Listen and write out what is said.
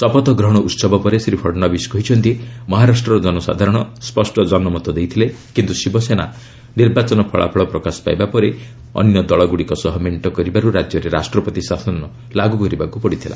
ଶପଥଗ୍ରହଣ ଉତ୍ସବ ପରେ ଶ୍ରୀ ଫଡନବିସ କହିଛନ୍ତି ମହାରାଷ୍ଟ୍ରର ଜନସାଧାରଣ ସ୍କଷ୍ଟ ଜନମତ ଦେଇଥିଲେ କିନ୍ତୁ ଶିବସେନା ନିର୍ବାଚନ ଫଳାଫଳ ପ୍ରକାଶ ପାଇବା ପରେ ଅନ୍ୟ ଦଳଗୁଡ଼ିକ ସହ ମେଣ୍ଟ କରିବାରୁ ରାଜ୍ୟରେ ରାଷ୍ଟ୍ରପତି ଶାସନ ଲାଗୁ କରିବାକୁ ପଡ଼ିଥିଲା